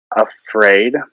afraid